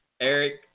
Eric